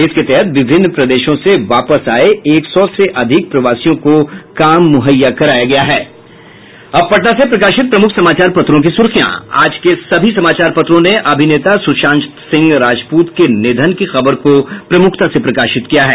इसके तहत विभिन्न प्रदेशों से वापस आये एक सौ से अधिक प्रवासियों को काम मुहैया कराया गया है अब पटना से प्रकाशित प्रमुख समाचार पत्रों की सुर्खियां आज के सभी समाचार पत्रों ने अभिनेता सुशांत सिंह राजपूत के निधन की खबर को प्रमुखता से प्रकाशित किया है